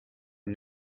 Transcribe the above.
and